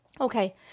okay